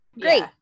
Great